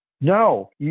No